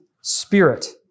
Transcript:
spirit